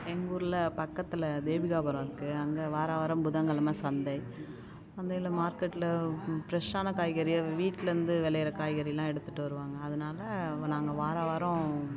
எங்கூரில் பக்கத்தில் தேவிகாபுரம் இருக்குது அங்கே வாரம் வாரம் புதங்கெழம சந்தை சந்தையில் மார்க்கெட்டில் ஃப்ரெஷ்ஷான காய்கறி வீட்டுலேருந்து வெளைகிற காய்கறிலாம் எடுத்துட்டு வருவாங்க அதனால நாங்கள் வாரம் வாரம்